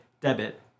debit